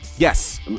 Yes